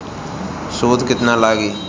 सूद केतना लागी?